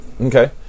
Okay